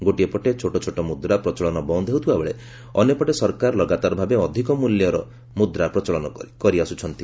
ଗୋଟିଏପଟେ ଛୋଟଛୋଟ ମୁଦ୍ରା ପ୍ରଚଳନ ବନ୍ଦ ହେଉଥିବା ବେଳେ ଅନ୍ୟପଟେ ସରକାର ଲଗାତର ଭାବେ ଅଧିକ ମିଲ୍ୟର ମୁଦ୍ରା ପ୍ରଚଳନ କରିଆସୁଛନ୍ତି